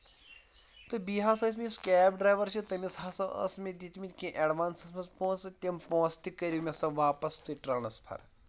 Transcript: تہٕ بیٚیہِ ہسا ٲس مےٚ یُس کیب ڈراریور چھُ تٔمِس ہسا ٲس مےٚ دِیِتمٕۍ کینٛہہ ایڈوانسَس منٛز پوٚنٛسہٕ تِم پونسہٕ تہِ کٔرِو مےٚ سۄ واپَس تُہۍ ٹرٛانسفَر